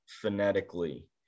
phonetically